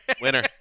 Winner